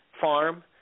farm